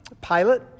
pilot